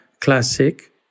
classic